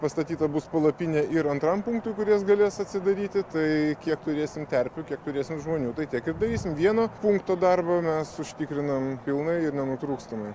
pastatyta bus palapinė ir antram punktui kuris galės atsidaryti tai kiek turėsim terpių kiek turėsim žmonių tai tiek ir darysim vieno punkto darbą mes užtikrinam pilnai ir nenutrūkstamai